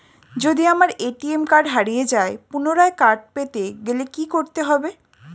যদি আমার ATM card হারিয়ে যায় পুনরায় কার্ড পেতে গেলে কি করতে হবে?